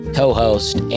co-host